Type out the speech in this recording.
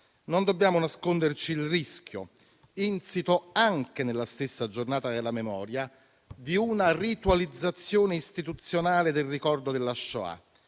Non dobbiamo nasconderci il rischio, insito anche nello stesso Giorno della Memoria, di una ritualizzazione istituzionale del ricordo della Shoah,